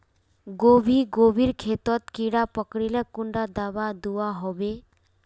गोभी गोभिर खेतोत कीड़ा पकरिले कुंडा दाबा दुआहोबे?